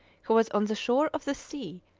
who was on the shore of the sea,